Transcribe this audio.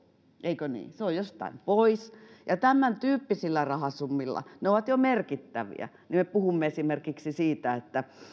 eikö niin se on jostain pois ja tämän tyyppisillä rahasummilla ne ovat jo merkittäviä me puhumme esimerkiksi siitä että